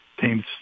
teams